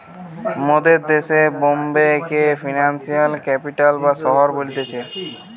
মোদের দেশে বোম্বে কে ফিনান্সিয়াল ক্যাপিটাল বা শহর বলতিছে